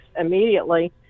immediately